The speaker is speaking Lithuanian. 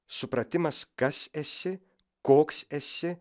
supratimas kas esi koks esi